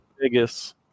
Vegas